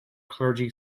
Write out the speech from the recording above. clergy